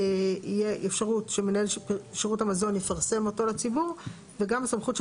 תהיה אפשרות שמנהל שירות המזון יפרסם אותו לציבור וגם סמכות של